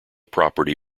property